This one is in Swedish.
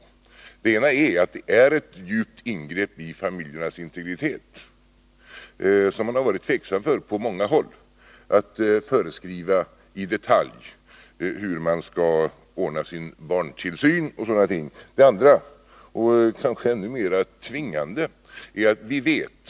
För det första innebär det ett djupt ingrepp i familjernas integritet att i detalj föreskriva hur de skall ordna sin barntillsyn. Därför har man på många håll varit tveksam till en sådan föreskrift.